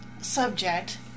subject